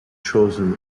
chosen